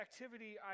activity